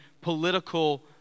political